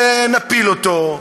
ונפיל אותו,